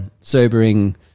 sobering